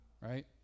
right